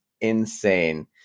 insane